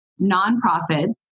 nonprofits